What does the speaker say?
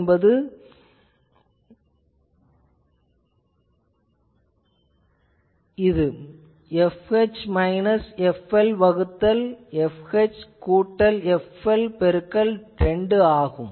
எனவே இது fH minus fL வகுத்தல் fH கூட்டல் fL பெருக்கல் 2 ஆகும்